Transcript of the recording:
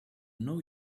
now